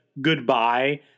goodbye